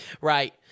Right